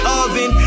oven